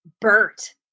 Bert